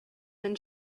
than